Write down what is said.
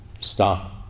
stop